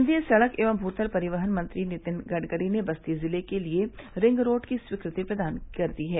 केन्द्रीय सड़क एवं भूतल परिवहन मंत्री नितिन गडकरी ने बस्ती जिले के लिए रिंग रोड की स्वीकृति प्रदान कर दी है